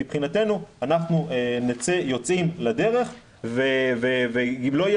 מבחינתנו אנחנו יוצאים לדרך ואם לא יהיה